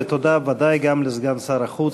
ותודה ודאי גם לסגן שר החוץ,